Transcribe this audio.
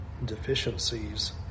deficiencies